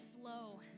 slow